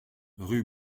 rue